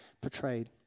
portrayed